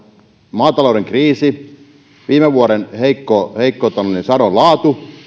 maatalouden kriisi viime vuoden heikko heikko sadon laatu